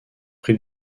prit